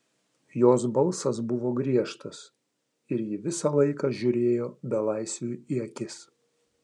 jos balsas buvo griežtas ir ji visą laiką žiūrėjo belaisviui į akis